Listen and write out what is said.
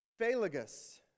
Phalagus